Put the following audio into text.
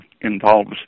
involves